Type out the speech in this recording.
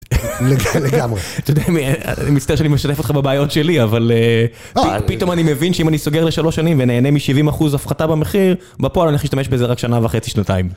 מצטער שאני משלב אותך בבעיות שלי אבל פתאום אני מבין שאם אני סוגר לשלוש שנים ונהנה מ-70 אחוז הפחתה במחיר בפועל אני אשתמש בזה רק שנה וחצי שנתיים.